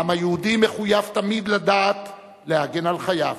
העם היהודי מחויב תמיד לדעת להגן על חייו.